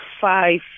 five